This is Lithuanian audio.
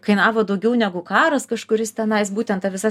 kainavo daugiau negu karas kažkuris tenais būtent ta visa